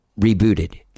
Rebooted